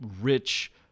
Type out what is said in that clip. rich